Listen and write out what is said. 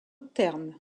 terne